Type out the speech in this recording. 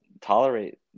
tolerate